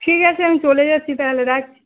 ঠিক আছে আমি চলে যাচ্ছি তাহলে রাখছি